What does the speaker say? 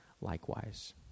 likewise